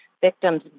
Victims